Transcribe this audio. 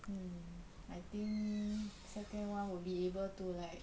hmm I think second one would be able to like